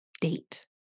date